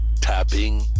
Tapping